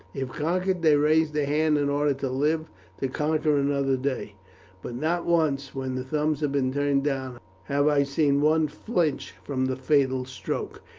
if conquered, they raise their hand in order to live to conquer another day but not once, when the thumbs have been turned down, have i seen one flinch from the fatal stroke.